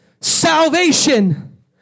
salvation